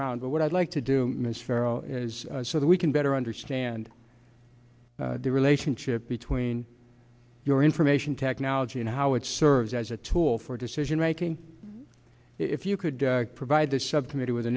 round but what i'd like to do miss farrow is so that we can better understand the relationship between your information technology and how it serves as a tool for decision making if you could provide the subcommittee with